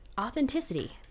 Authenticity